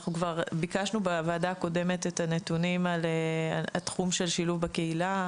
אנחנו כבר ביקשנו בוועדה הקודמת את הנתונים על התחום של שילוב בקהילה,